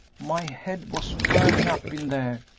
my head was burning up in there,